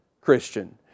Christian